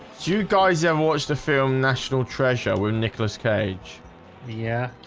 you guys have watched a film national treasure with nicolas cage yeah,